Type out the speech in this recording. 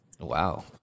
Wow